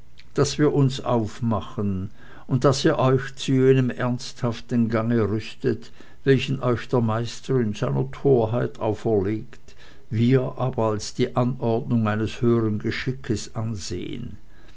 daß wir uns aufmachen und daß ihr euch zu jenem ernsthaften gange rüstet welchen euch der meister in seiner torheit auferlegt wir aber als die anordnung eines höheren geschickes ansehen